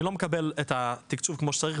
אני לא מקבל את התקצוב כמו שצריך',